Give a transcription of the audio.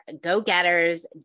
go-getters